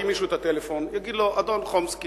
מישהו את הטלפון ויגיד לו: אדון חומסקי,